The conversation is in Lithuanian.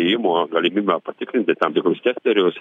įėjimo galimybę patikrinti tam tikrus sektorius